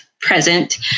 present